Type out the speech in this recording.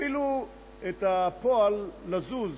אפילו הפועל לזוז,